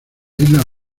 islas